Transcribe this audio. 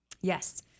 Yes